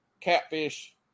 catfish